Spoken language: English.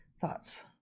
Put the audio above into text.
Thoughts